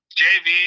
jv